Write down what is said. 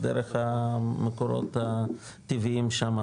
דרך המקורות הטבעיים שמה,